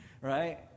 Right